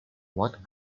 what